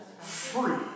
Free